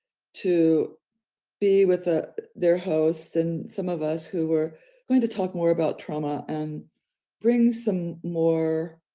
to be with ah their hosts. and some of us who we're going to talk more about trauma and bring some more,